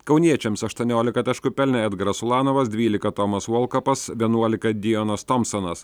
kauniečiams aštuoniolika taškų pelnė edgaras ulanovas dvylika tomas volkapas vienuolika dijonas tomsonas